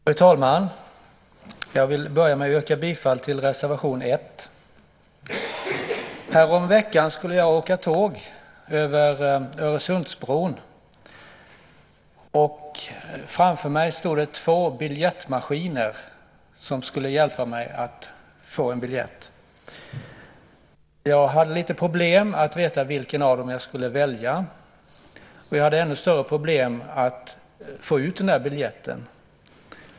Fru talman! Jag vill börja med att yrka bifall till reservation 1. Häromveckan skulle jag åka tåg över Öresundsbron. Framför mig stod två biljettmaskiner som skulle hjälpa mig till en biljett. Jag hade lite problem att veta vilken av dem jag skulle välja, och jag hade ännu större problem att få ut biljetten.